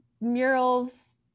murals